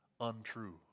untrue